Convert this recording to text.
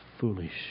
Foolish